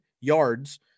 yards